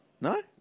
No